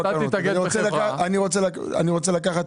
אני רוצה לקחת,